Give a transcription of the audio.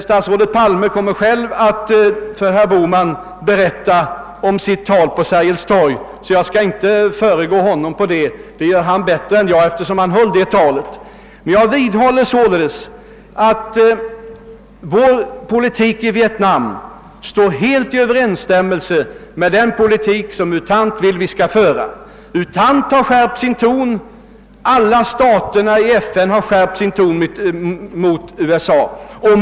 Statsrådet Palme kommer själv att för herr Bohman redogöra för sitt tal på Sergels torg, och jag skall inte föregripa honom, eftersom han bäst själv kan berätta om detta. Men jag vidhåller att vår politik i vietnamfrågan står väl i överensstämmelse med den som U Thant vill att vi skall föra. U Thant har liksom även medlemsstaterna i FN skärpt sin ton mot USA.